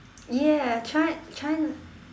ya try try